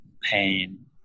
pain